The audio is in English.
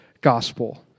Gospel